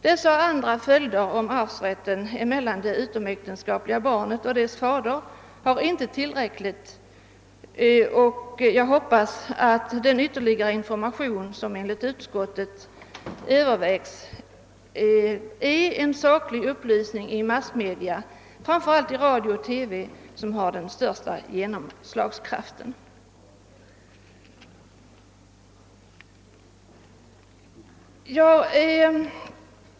Dessa och andra följder av arvsrätten mellan det utomäktenskapliga barnet och dess fader har inte tillräckligt uppmärksammats, och jag hoppas härvidlag på att den ytterligare information som enligt utskottet övervägs skall bestå av saklig upplysning i massmedia, framför allt i radio och TV, som har den största genomslagskraften.